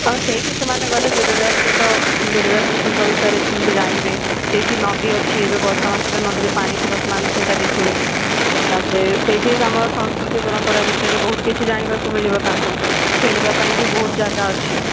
ହଁ ସେଇଠି ସେମାନେ ଗଲେ ବେଦବ୍ୟାସରେ ତ ବେଦବ୍ୟାସ ଋଷିଙ୍କ ବିଷୟରେ ଜାଣିବେ ସେଇଠି ନଦୀ ଅଛି ଏବେ ବର୍ଷା ମାସରେ ନଦୀରେ ପାଣି ଥିବ ସେମାନେ ସେଇଟା ଦେଖିବେ ତାପରେ ସେଇଠି ଆମ ସଂସ୍କୃତି ପରମ୍ପରା ବିଷୟରେ ବହୁତ କିଛି ଜାଣିବାକୁ ମିଳିବ ତାଙ୍କୁ ଖେଳିବା ପାଇଁ ବି ବହୁତ ଜାଗା ଅଛି